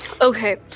Okay